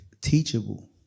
teachable